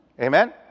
Amen